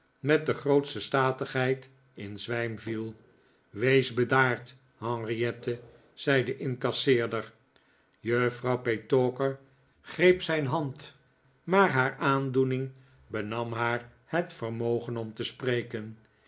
met de grootste statigheicl in zwijm viel wees bedaard henriette zei de incasseerder juffrouw petowker greep zijn hand maar haar aandoening benam haar het vermogen om te spreken